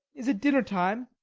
is it dinnertime?